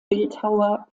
bildhauer